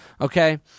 okay